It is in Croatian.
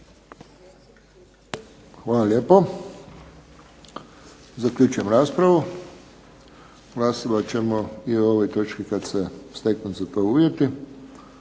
Hvala lijepo. Zaključujem raspravu. Glasovat ćemo i ovoj točki kada se za to steknu